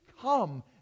come